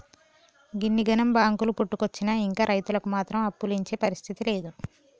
గిన్నిగనం బాంకులు పుట్టుకొచ్చినా ఇంకా రైతులకు మాత్రం అప్పులిచ్చే పరిస్థితి లేదు